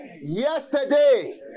yesterday